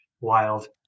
wild